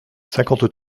cinquante